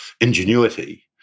ingenuity